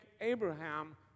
Abraham